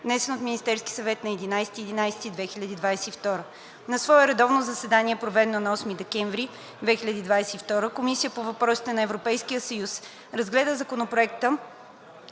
внесен от Министерския съвет на 11 ноември 2022 г. На свое редовно заседание, проведено на 8 декември 2022 г., Комисията по въпросите на Европейския съюз разгледа Законопроекта